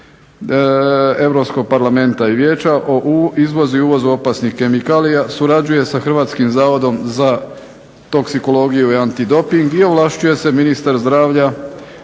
Hrvatskim zavodom za toksikologiju i antidoping i ovlašćuje se ministar zdravlja